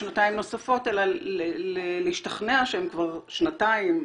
שנתיים נוספות אלא להשתכנע שהם כבר שנתיים,